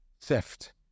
theft